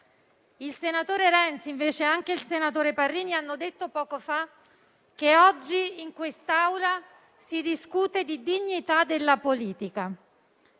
Il senatore Renzi, invece, e anche il senatore Parrini hanno detto poco fa che oggi in quest'Aula si discute di dignità della politica.